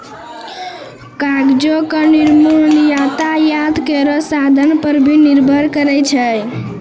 कागजो क निर्माण यातायात केरो साधन पर भी निर्भर करै छै